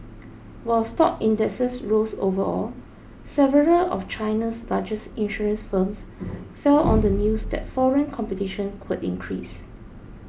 while stock indexes rose overall several of China's largest insurance firms fell on the news that foreign competition could increase